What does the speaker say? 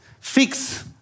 FIX